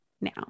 now